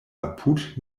apud